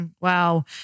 Wow